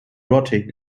rotting